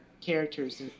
characters